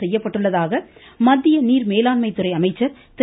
செய்யப்பட்டுள்ளதாக மத்திய நீர் மேலாண்மை துறை அமைச்சர் திரு